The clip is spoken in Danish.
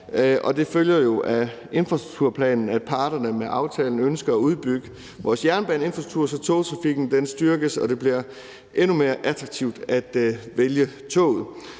det følger af infrastrukturplanen, at parterne med aftalen ønsker at udbygge vores jernbaneinfrastruktur, så togtrafikken styrkes, og det bliver endnu mere attraktivt at vælge toget.